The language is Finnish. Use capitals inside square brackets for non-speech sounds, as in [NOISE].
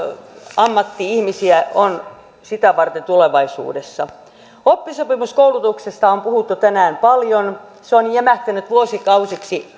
ammatti ihmisiä on tulevaisuudessa oppisopimuskoulutuksesta on puhuttu tänään paljon se on jämähtänyt vuosikausiksi [UNINTELLIGIBLE]